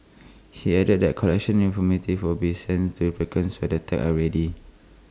he added that collection informative will be sent to applicants when the tags are ready